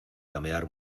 llamear